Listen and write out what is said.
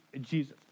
Jesus